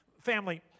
Family